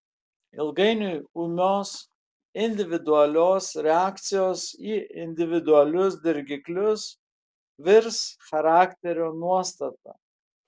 ilgainiui ūmios individualios reakcijos į individualius dirgiklius virs charakterio nuostata